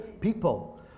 people